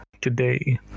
today